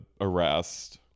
arrest